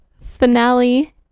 finale